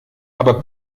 aber